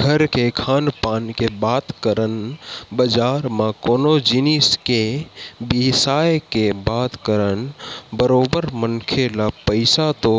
घर के खान पान के बात करन बजार म कोनो जिनिस के बिसाय के बात करन बरोबर मनखे ल पइसा तो